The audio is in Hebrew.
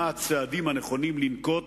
מה הצעדים הנכונים לנקוט